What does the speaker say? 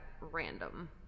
random